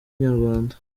inyarwanda